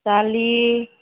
दालि